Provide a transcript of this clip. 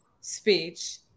speech